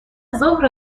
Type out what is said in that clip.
زهره